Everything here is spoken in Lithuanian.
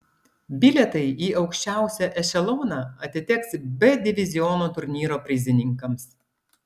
bilietai į aukščiausią ešeloną atiteks b diviziono turnyro prizininkams